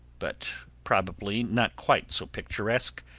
but probably not quite so picturesque,